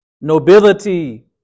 nobility